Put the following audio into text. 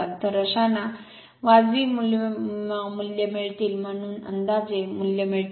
तर अशाना वाजवी मूल्ये मिळतील म्हणजे अंदाजे मूल्ये मिळतील